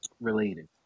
related